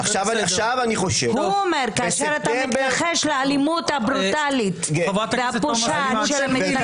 כאשר אתה מתכחש לאלימות הברוטלית והפושעת,